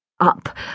Up